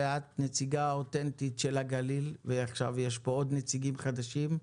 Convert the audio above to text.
ואת הנציגה האותנטית של הגליל ועכשיו יש פה עוד נציגים חדשים,